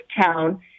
town